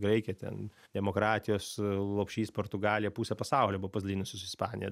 graikija ten demokratijos lopšys portugalija pusę pasaulio buvo padalinusi su ispanija